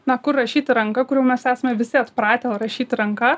na kur rašyti ranka kur jau mes esame visi atpratę rašyti ranka